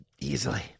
easily